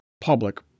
public